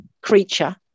creature